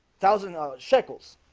thousand dollars shekels